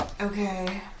Okay